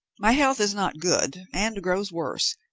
my health is not good, and grows worse.